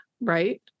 right